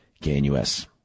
KNUS